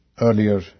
earlier